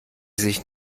sich